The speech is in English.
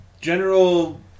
general